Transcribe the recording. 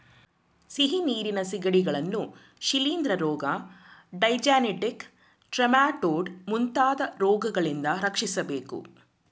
ಸಿಹಿನೀರಿನ ಸಿಗಡಿಗಳನ್ನು ಶಿಲಿಂದ್ರ ರೋಗ, ಡೈಜೆನೆಟಿಕ್ ಟ್ರೆಮಾಟೊಡ್ ಮುಂತಾದ ರೋಗಗಳಿಂದ ರಕ್ಷಿಸಬೇಕು